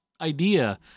idea